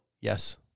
Yes